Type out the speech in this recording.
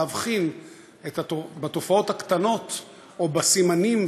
להבחין בתופעות הקטנות או בסימנים,